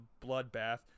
bloodbath